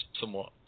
somewhat